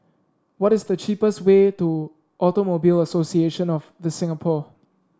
what is the cheapest way to Automobile Association of The Singapore